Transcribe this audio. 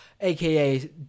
aka